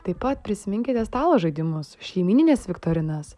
taip pat prisiminkite stalo žaidimus šeimynines viktorinas